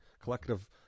collective